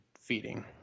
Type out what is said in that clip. feeding